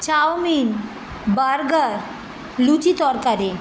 chowmein burger লুচি তরকারি